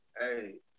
Hey